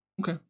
okay